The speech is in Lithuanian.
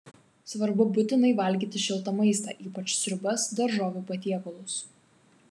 svarbu būtinai valgyti šiltą maistą ypač sriubas daržovių patiekalus